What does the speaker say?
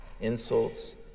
insults